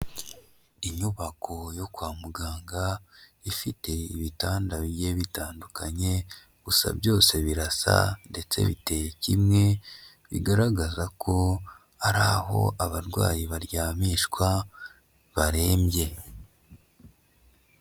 Inyubako yo kwa muganga ifite ibitanda bigiye bitandukanye gusa byose birasa ndetse biteye kimwe bigaragaza ko ari aho abarwayi baryamishwa barembye.